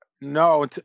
No